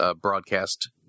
Broadcast